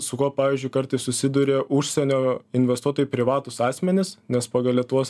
su kuo pavyzdžiui kartais susiduria užsienio investuotojai privatūs asmenys nes pagal lietuvos